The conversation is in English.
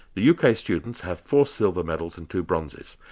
the uk ah students have four silver medals and two bronzes.